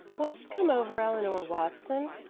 what's come over eleanor watson?